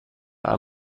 are